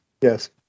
Yes